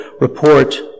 report